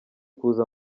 kuza